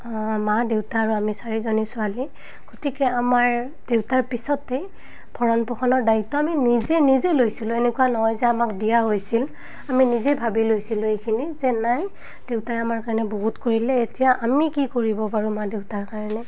মা দেউতা আৰু আমি চাৰিজনী ছোৱালী গতিকে আমাৰ দেউতাৰ পিছতে ভৰণ পোষণনৰ দায়িত্ব আমি নিজে নিজে লৈছিলোঁ এনেকুৱা নহয় যে আমাক দিয়া হৈছিল আমি নিজেই ভাবি লৈছিলোঁ এইখিনি যে নাই দেউতাই আমাৰ কাৰণে বহুত কৰিলে এতিয়া আমি কি কৰিব পাৰোঁ মা দেউতাৰ কাৰণে